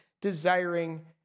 desiring